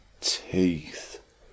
teeth